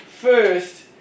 first